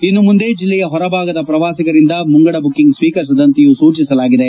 ಇನ್ನು ಮುಂದೆ ಜಿಲ್ಲೆಯ ಹೊರಭಾಗದ ಪ್ರವಾಸಿಗರಿಂದ ಮುಂಗಡ ಬುಕ್ಕಿಂಗ್ ಸ್ವೀಕರಿಸದಂತೆಯೂ ಸೂಚಿಸಲಾಗಿದೆ